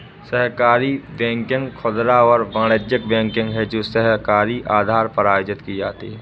सहकारी बैंकिंग खुदरा और वाणिज्यिक बैंकिंग है जो सहकारी आधार पर आयोजित की जाती है